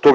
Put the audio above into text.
тогава